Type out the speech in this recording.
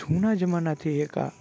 જૂના જમાનાથી એક આ